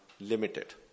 limited